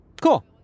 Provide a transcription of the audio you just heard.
Cool